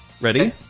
Ready